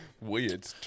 weird